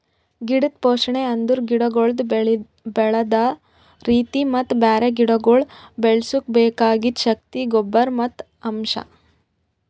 ಗಿಡದ್ ಪೋಷಣೆ ಅಂದುರ್ ಗಿಡಗೊಳ್ದು ಬೆಳದ್ ರೀತಿ ಮತ್ತ ಬ್ಯಾರೆ ಗಿಡಗೊಳ್ ಬೆಳುಸುಕ್ ಬೆಕಾಗಿದ್ ಶಕ್ತಿಯ ಗೊಬ್ಬರ್ ಮತ್ತ್ ಅಂಶ್